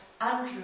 Andrew